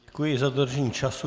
Děkuji za dodržení času.